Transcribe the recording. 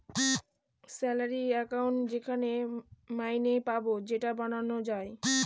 salary account যেখানে মাইনে পাবো সেটা বানানো যায়